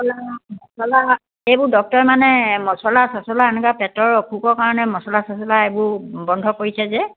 মছলা মছলা এইবোৰ ডক্টৰে মানে মছলা চছলা এনেকুৱা পেটৰ অসুখৰ কাৰণে মছলা চছলা এইবোৰ বন্ধ কৰিছে যে